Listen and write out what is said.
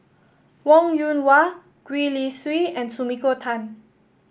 Wong Yoon Wah Gwee Li Sui and Sumiko Tan